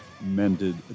mended